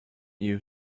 you